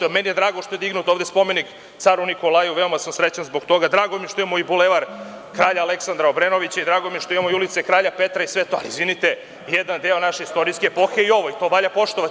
Meni je izuzetno drago što je podignut spomenik caru Nikolaju i veoma sam srećan zbog toga i drago mi je što imamo Bulevar kralja Aleksandra Obrenovića i drago mi je što imamo ulicu Kralja Petra, ali izvinite, jedan deo naše istorijske epohe je i ovo i to valja poštovati.